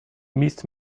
missed